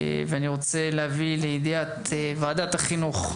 אני רוצה להביא לידיעת ועדת החינוך,